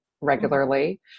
regularly